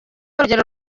rugendo